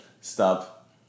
stop